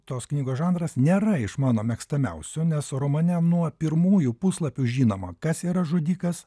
tos knygos žanras nėra iš mano mėgstamiausių nes romane nuo pirmųjų puslapių žinoma kas yra žudikas